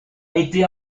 été